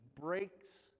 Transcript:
breaks